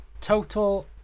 total